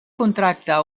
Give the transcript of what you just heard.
contracta